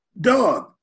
dog